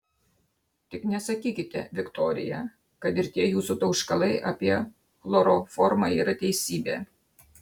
tik nesakykite viktorija kad ir tie jūsų tauškalai apie chloroformą yra teisybė